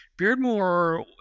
Beardmore